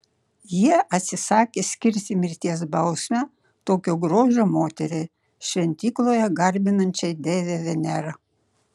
jie atsisakė skirti mirties bausmę tokio grožio moteriai šventykloje garbinančiai deivę venerą